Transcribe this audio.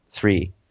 three